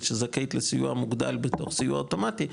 שזכאית לסיוע מוגדל בתוך סיוע אוטומטי,